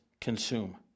consume